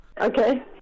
Okay